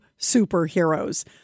superheroes